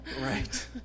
Right